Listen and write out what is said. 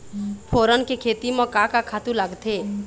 फोरन के खेती म का का खातू लागथे?